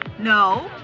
No